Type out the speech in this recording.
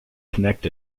connect